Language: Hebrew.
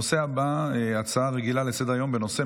הנושא הבא: הצעה רגילה לסדר-היום בנושא,